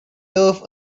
turf